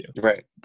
Right